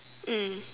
mm